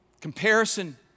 Comparison